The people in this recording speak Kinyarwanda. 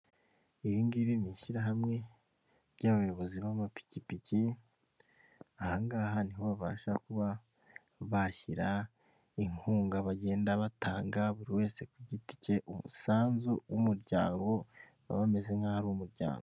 Iri ngiri ni ishyirahamwe ry'abayobozi b'amapikipiki, aha ngaha ni ho babasha kuba bashyira inkunga bagenda batanga buri wese ku giti ke, umusanzu w'umuryango, baba bameze nk'aho ari umuryango.